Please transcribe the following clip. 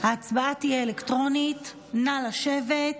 ההצבעה תהיה אלקטרונית, נא לשבת.